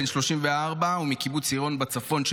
בן 34 מקיבוץ יראון בצפון,